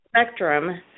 spectrum